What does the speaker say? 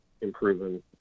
improving